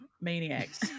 maniacs